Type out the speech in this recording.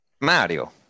Mario